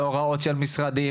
להוראות של משרדים,